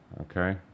Okay